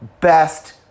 best